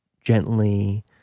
gently